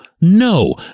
no